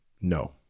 no